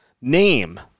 name